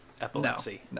epilepsy